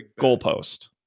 goalpost